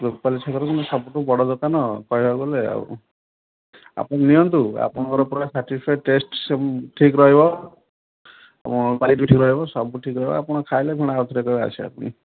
ରୁପାଲି ଛକରେ ମୁଁ ସବୁଠୁ ବଡ଼ ଦୋକାନ କହିବାକୁ ଗଲେ ଆଉ ଆପଣ ନିଅନ୍ତୁ ଆପଣଙ୍କର ପୁରା ସାର୍ଟିସ୍ଫାଏଡ଼୍ ଟେଷ୍ଟ୍ ସବୁ ଠିକ୍ ରହିବ କ୍ୱାଲିଟି ବି ଠିକ୍ ରହିବ ସବୁ ଠିକ୍ ରହିବ ଆପଣ ଖାଇଲେ ପୁଣି ଆଉ ଥରେ କହିବେ ଆସିବା ପାଇଁ